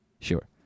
Sure